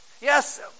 Yes